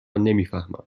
نمیفهمم